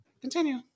Continue